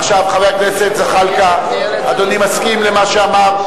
עכשיו, חבר הכנסת זחאלקה, אדוני מסכים למה שאמר?